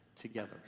together